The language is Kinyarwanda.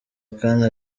kane